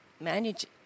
manage